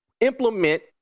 implement –